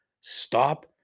stop